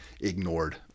ignored